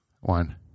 One